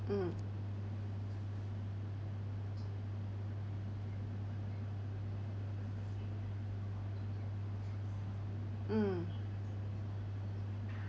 mm mm